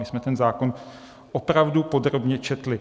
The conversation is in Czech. My jsme ten zákon opravdu podrobně četli.